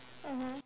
mmhmm